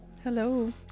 Hello